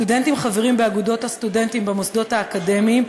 סטודנטים חברים באגודות הסטודנטים במוסדות האקדמיים,